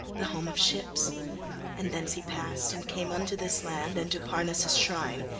the home of ships and thence he passed and came unto this land and to parnassus' shrine.